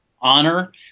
Honor